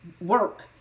work